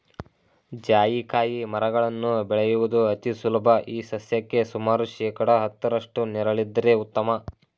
ಜಾಯಿಕಾಯಿ ಮರಗಳನ್ನು ಬೆಳೆಯುವುದು ಅತಿ ಸುಲಭ ಈ ಸಸ್ಯಕ್ಕೆ ಸುಮಾರು ಶೇಕಡಾ ಹತ್ತರಷ್ಟು ನೆರಳಿದ್ದರೆ ಉತ್ತಮ